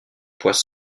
poids